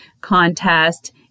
contest